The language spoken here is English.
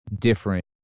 different